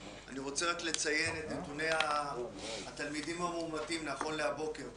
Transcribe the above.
אני רוצה רק לציין את נתוני התלמידים המאומתים נכון לבוקר זה.